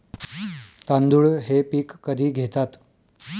तांदूळ हे पीक कधी घेतात?